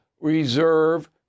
reserve